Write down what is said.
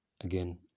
again